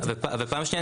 ופעם שנייה,